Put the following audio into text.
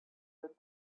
that